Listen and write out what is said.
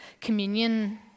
communion